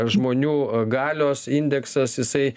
žmonių galios indeksas jisai